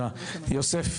בבקשה, יוסף,